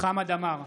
חמד עמאר,